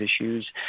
issues